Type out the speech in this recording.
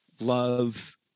love